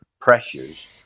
pressures